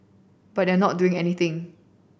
but they are not doing anything